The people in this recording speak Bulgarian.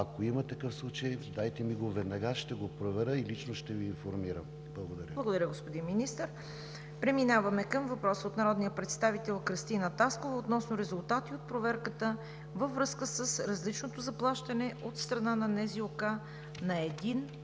Ако има такъв случай, дайте ми го – веднага ще го проверя и лично ще Ви информирам. Благодаря. ПРЕДСЕДАТЕЛ ЦВЕТА КАРАЯНЧЕВА: Благодаря Ви, господин Министър. Преминаваме към въпрос от народния представител Кръстина Таскова относно резултати от проверката във връзка с различното заплащане от страна на НЗОК на един